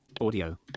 Audio